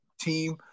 team